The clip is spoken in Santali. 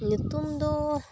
ᱧᱩᱛᱩᱢ ᱫᱚ